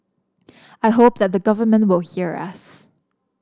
I hope that the government will hear us